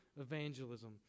evangelism